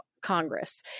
Congress